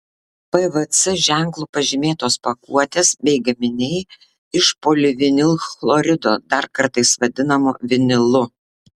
pvc ženklu pažymėtos pakuotės bei gaminiai iš polivinilchlorido dar kartais vadinamo vinilu